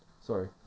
Sorry